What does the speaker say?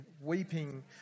weeping